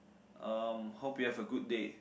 um hope you have a good day